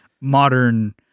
modern